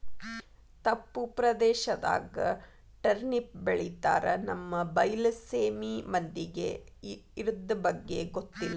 ತಪ್ಪು ಪ್ರದೇಶದಾಗ ಟರ್ನಿಪ್ ಬೆಳಿತಾರ ನಮ್ಮ ಬೈಲಸೇಮಿ ಮಂದಿಗೆ ಇರ್ದಬಗ್ಗೆ ಗೊತ್ತಿಲ್ಲ